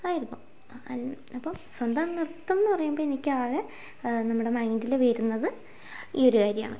ആയിരുന്നു അപ്പം സ്വന്തം നൃത്തം എന്നു പറയുമ്പോൾ എനിക്കാകെ നമ്മുടെ മൈന്റിൽ വരുന്നത് ഈ ഒരു കാര്യമാണ്